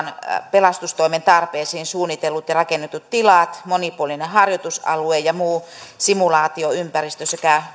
pelastustoimen tarpeisiin suunnitellut ja rakennetut tilat monipuolinen harjoitusalue ja muu simulaatioympäristö sekä